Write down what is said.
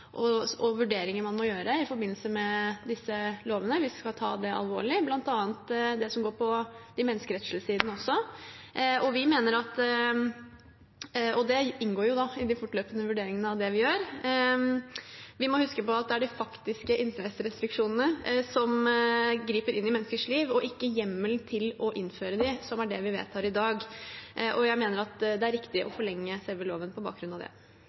og vurderinger man må gjøre i forbindelse med disse lovene. Vi skal ta det alvorlig, bl.a. det som går på de menneskerettslige sidene også. Det inngår i de fortløpende vurderingene av det vi gjør. Vi må huske på at det er de faktiske innreiserestriksjonene som griper inn i menneskers liv, ikke hjemmelen til å innføre dem, som er det vi vedtar i dag. Jeg mener det er riktig å forlenge selve loven på bakgrunn av det.